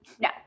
No